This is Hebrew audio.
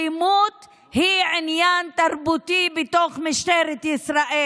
אלימות היא עניין תרבותי בתוך משטרת ישראל.